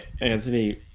Anthony